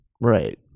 right